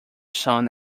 son